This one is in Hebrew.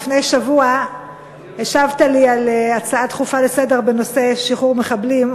לפני שבוע השבת לי על הצעה דחופה לסדר-היום בנושא שחרור מחבלים,